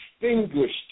distinguished